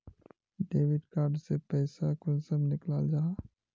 Debit card से पैसा कुंसम निकलाल जाहा?